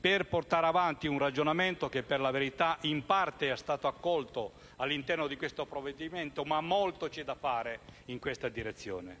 per portare avanti un ragionamento che, per la verità, in parte è stato accolto all'interno di questo provvedimento, ma molto c'è da fare in questa direzione: